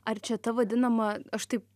ar čia ta vadinama aš taip